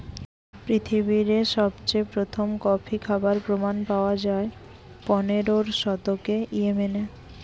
পৃথিবীরে সবচেয়ে প্রথম কফি খাবার প্রমাণ পায়া যায় পনেরোর শতকে ইয়েমেনে